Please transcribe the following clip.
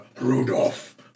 Rudolph